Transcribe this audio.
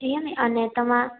टीह में आने तव्हां